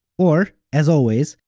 or, as always,